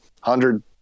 hundred